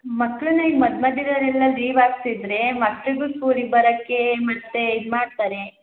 ಮಕ್ಕಳನ್ನ ಈಗ ಮಧ್ಯ ಮಧ್ಯದಲ್ಲೆಲ್ಲ ಲೀವ್ ಹಾಕ್ಸಿದ್ರೆ ಮಕ್ಕಳಿಗು ಸ್ಕೂಲಿಗೆ ಬರೋಕ್ಕೇ ಮತ್ತು ಇದು ಮಾಡ್ತಾರೆ